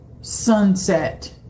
sunset